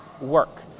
work